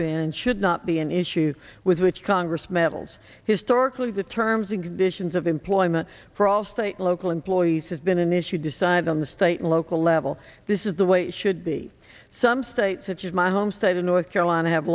and should not be an issue with which congress metal's historically the terms and conditions of employment for all state local employees has been an issue decide on the state and local level this is the way it should be some states such as my home state in north carolina have